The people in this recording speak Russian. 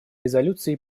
резолюции